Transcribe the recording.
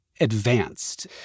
advanced